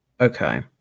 Okay